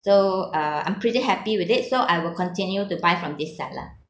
so uh I'm pretty happy with it so I will continue to buy from this seller